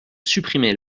supprimer